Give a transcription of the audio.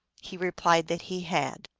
he re plied that he had.